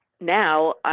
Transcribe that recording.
now